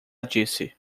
disse